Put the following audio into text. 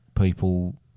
people